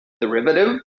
derivative